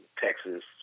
Texas